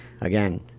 again